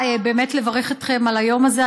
באמת לברך אתכם על היום הזה.